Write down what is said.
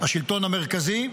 השלטון המרכזי,